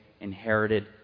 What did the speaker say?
inherited